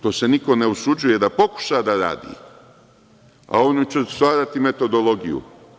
To se niko ne usuđuje da pokuša da radi, a oni će stvarati metodologiju.